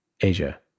Asia